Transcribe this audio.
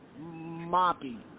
Moppy